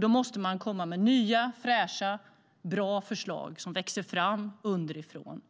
Då måste man komma med nya, fräscha, bra förslag som växer fram underifrån,